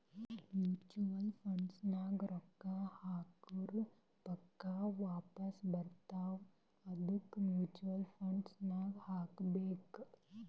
mutual fund ನಾಗ್ ರೊಕ್ಕಾ ಹಾಕುರ್ ಪಕ್ಕಾ ವಾಪಾಸ್ ಬರ್ತಾವ ಅದ್ಕೆ ಮೂಚುವಲ್ ಫಂಡ್ ನಾಗ್ ಹಾಕಬೇಕ್